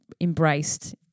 embraced